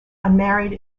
unmarried